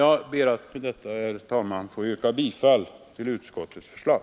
Jag ber med det anförda, herr talman, att få yrka bifall till utskottets förslag.